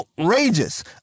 outrageous